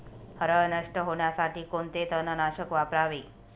हरळ नष्ट होण्यासाठी कोणते तणनाशक वापरावे?